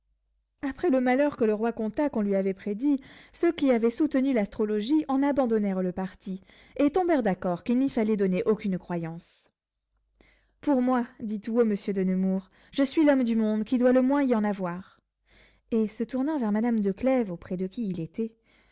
après le malheur que le roi conta qu'on lui avait prédit ceux qui avaient soutenu l'astrologie en abandonnèrent le parti et tombèrent d'accord qu'il n'y fallait donner aucune croyance pour moi dit tout haut monsieur de nemours je suis l'homme du monde qui dois le moins y en avoir et se tournant vers madame de clèves auprès de qui il était